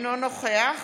אינו נוכח